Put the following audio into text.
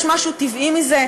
יש משהו טבעי מזה?